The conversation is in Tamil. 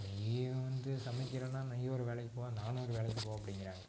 நீ வந்து சமைக்கிறேன்னா நீ ஒரு வேலைக்குப் போ நானும் ஒரு வேலைக்குப் போ அப்படிங்கறாங்க